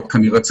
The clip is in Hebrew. הוא